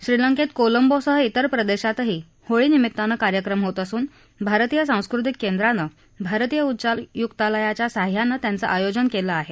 श्रीलंकेत कोलंबोसह इतर प्रदेशातही होळी निमितानं कार्यक्रम होत असून भारतीय सांस्कृतिक केंद्रानं भारतीय उच्चाय्क्तालयाच्या साह्यानं त्यांच आयोजन करण्यात आलं आहे